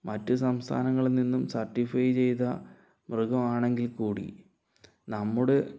മറ്റു സംസ്ഥാങ്ങളിൽ നിന്നും സെർട്ടിഫൈ ചെയ്ത മൃഗമാണെങ്കിൽ കൂടി നമ്മുടെ